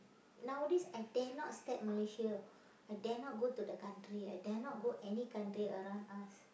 nowadays I dare not step Malaysia I dare not go to the country I dare not go any country around us